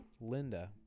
linda